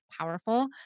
powerful